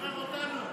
שחרר אותנו,